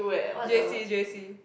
j_c j_c